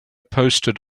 posted